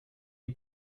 die